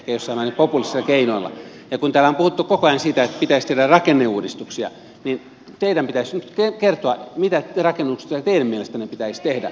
kun täällä on puhuttu koko ajan siitä että pitäisi tehdä rakenneuudistuksia niin teidän pitäisi nyt kertoa mitä rakenneuudistuksia teidän mielestänne pitäisi tehdä